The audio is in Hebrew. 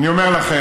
ואני אומר לכם,